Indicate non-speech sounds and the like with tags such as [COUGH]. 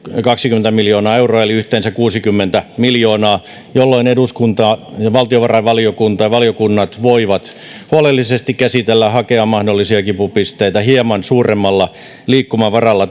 kaksikymmentä miljoonaa euroa eli yhteensä kuusikymmentä miljoonaa jolloin eduskunta ja valtiovarainvaliokunta ja valiokunnat voivat huolellisesti käsitellä hakea mahdollisia kipupisteitä hieman suuremmalla liikkumavaralla [UNINTELLIGIBLE]